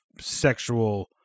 sexual